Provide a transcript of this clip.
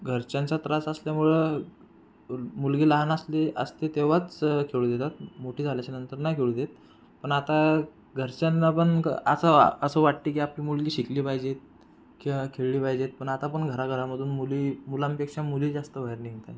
घरच्यांचा त्रास असल्यामुळं मुलगी लहान असली असती तेव्हाच खेळू देतात मोठी झाल्याच्या नंतर नाही खेळू देत पण आता घरच्यांना पण असं असं वाटतंय की आपली मुलगी शिकली पाहिजे किंवा खेळली पाहिजे पण आता पण घराघरामधून मुली मुलांपेक्षा मुली जास्त बाहेर निघतायत